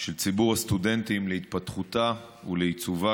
של ציבור הסטודנטים להתפתחותה ולעיצובה